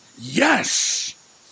Yes